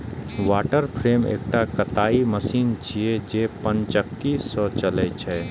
water frame एकटा कताइ machine छियै, जे पनचक्की सं चलै छै